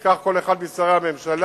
וכך כל אחד משרי הממשלה,